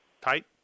Tight